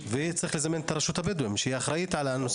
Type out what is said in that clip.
לזמן את רשות הבדואים שאחראית על הנושא